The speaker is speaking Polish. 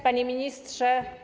Panie Ministrze!